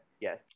Yes